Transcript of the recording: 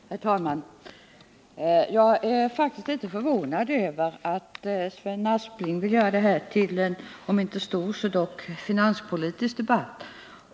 Herr talman! Jag är faktiskt litet förvånad över att Sven Aspling vill göra detta till en — låt vara inte så stor — finanspolitisk debatt.